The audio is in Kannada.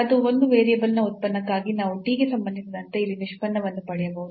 ಮತ್ತು 1 ವೇರಿಯೇಬಲ್ನ ಉತ್ಪನ್ನಕ್ಕಾಗಿ ನಾವು t ಗೆ ಸಂಬಂಧಿಸಿದಂತೆ ಇಲ್ಲಿ ನಿಷ್ಪನ್ನವನ್ನು ಪಡೆಯಬಹುದು